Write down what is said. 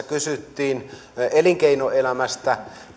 kysyttiin elinkeinoelämästä